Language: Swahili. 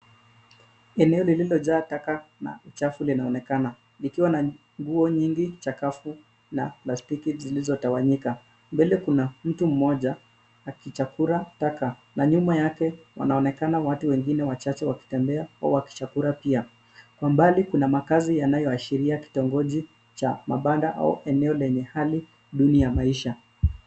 Eneo lilijaa taka na uchafu linaonekana. Likiwa na nguo nyingi chakavu, na plastiki zilizotawanyika. Mbele kuna mtu mmoja, akichakura taka. Na nyuma yake, wanaonekana watu wengine wachache wakitembea, au wakichakura pia. Kwa mbali kuna makazi yanayoashiria kitongoji au cha mabanda au eneo lenye hali dunia ya maisha.